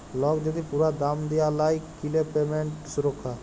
lock যদি পুরা দাম দিয়া লায় কিলে পেমেন্ট সুরক্ষা